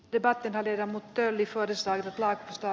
eivätkä välitä mutta yli forssa laakso